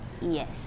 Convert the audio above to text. Yes